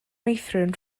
meithrin